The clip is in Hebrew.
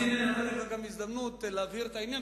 אז הנה נתתי לך גם הזדמנות להבהיר את העניין,